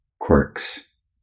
quirks